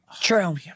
True